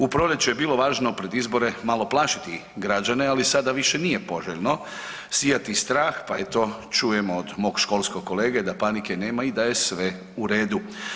U proljeće je bilo važno pred izbore malo plašiti građane, ali sada više nije poželjno sijati strah pa eto čujemo od mog školskog kolege da panike nema i da je sve u redu.